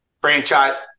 Franchise